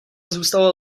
zůstalo